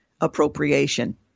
appropriation